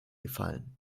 gefallen